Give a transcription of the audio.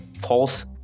False